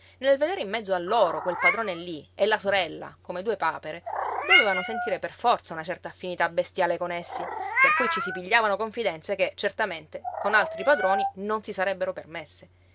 nel vedere in mezzo a loro quel padrone lí e la sorella come due papere dovevano sentire per forza una certa affinità bestiale con essi per cui si pigliavano confidenze che certamente con altri padroni non si sarebbero permesse